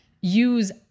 use